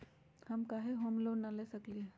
हम काहे home loan न ले सकली ह?